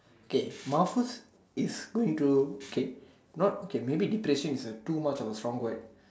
K mufflers is going to K not K maybe depression is a too much of a strong word